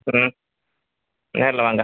ம் நேரில் வாங்க